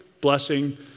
blessing